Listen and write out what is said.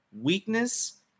Weakness